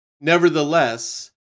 Nevertheless